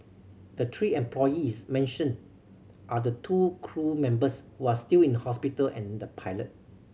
the three employees mentioned are the two crew members who are still in hospital and the pilot